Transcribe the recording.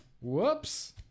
Whoops